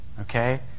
Okay